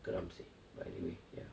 geram seh but anyway ya